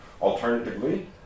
Alternatively